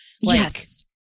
Yes